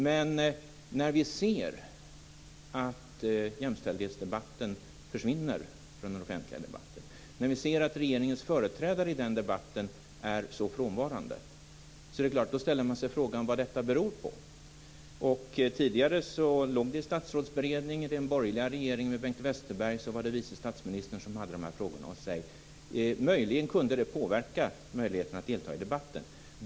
Men när vi ser att jämställdhetsdebatten försvinner från den offentliga debatten och när vi ser att regeringens företrädare i den debatten är så frånvarande är det klart att vi ställer oss frågan vad detta beror på. Tidigare låg frågan i Statsrådsberedningen. Under den borgerliga regeringen med Bengt Westerberg var det vice statsministern som hade hand om de här frågorna. Det kunde möjligen påverka möjligheterna att delta i debatten.